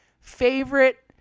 favorite